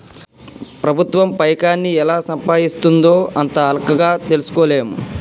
ప్రభుత్వం పైకాన్ని ఎలా సంపాయిస్తుందో అంత అల్కగ తెల్సుకోలేం